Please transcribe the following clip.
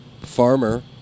farmer